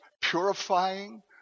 purifying